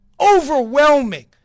Overwhelming